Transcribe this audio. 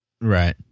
Right